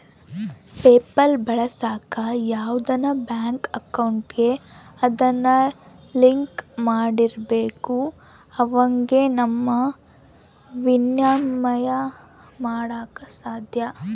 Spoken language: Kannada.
ಪೇಪಲ್ ಬಳಸಾಕ ಯಾವ್ದನ ಬ್ಯಾಂಕ್ ಅಕೌಂಟಿಗೆ ಅದುನ್ನ ಲಿಂಕ್ ಮಾಡಿರ್ಬಕು ಅವಾಗೆ ಃನ ವಿನಿಮಯ ಮಾಡಾಕ ಸಾದ್ಯ